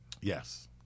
Yes